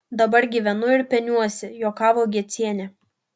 dabar gyvenu ir peniuosi juokavo gecienė